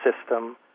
system